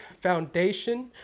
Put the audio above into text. foundation